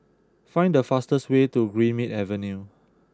find the fastest way to Greenmead Avenue